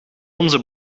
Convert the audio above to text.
onze